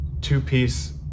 two-piece